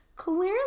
Clearly